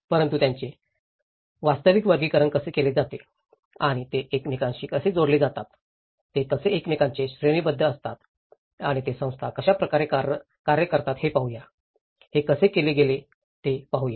परंतु त्यांचे वास्तविक वर्गीकरण कसे केले जाते आणि ते एकमेकांशी कसे जोडले जातात ते कसे एकमेकांचे श्रेणीबद्ध असतात आणि ते संस्था कशा प्रकारे कार्य करतात हे पाहूया हे कसे केले गेले ते पाहूया